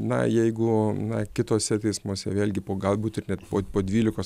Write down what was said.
na jeigu na kituose teismuose vėlgi po galbūt ir net po po dvylikos